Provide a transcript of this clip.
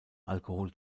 alkohol